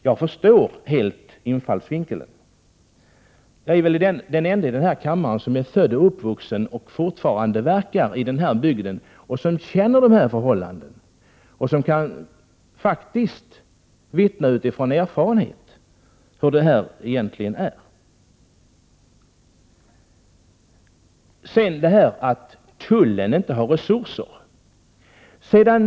Jag förstår helt infallsvinkeln. Jag är väl den ende i kammaren som är född, uppvuxen och fortfarande verkande i den här bygden, som känner förhållandena och som faktiskt på grundval av egen erfarenhet kan vittna om hur det ligger till. Sedan till talet om att tullen inte har resurser.